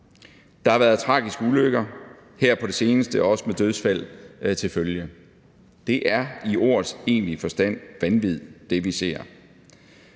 Der har været tragiske ulykker, her på det seneste også med dødsfald til følge. Det, vi ser, er i ordets egentlige forstand vanvid. Derfor er